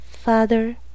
Father